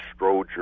Stroger